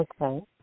okay